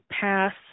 pass